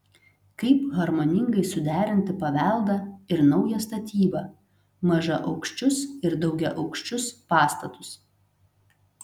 kaip harmoningai suderinti paveldą ir naują statybą mažaaukščius ir daugiaaukščius pastatus